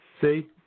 See